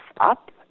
up